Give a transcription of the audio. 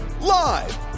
live